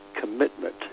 Commitment